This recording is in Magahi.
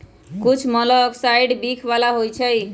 कुछ मोलॉक्साइड्स विख बला होइ छइ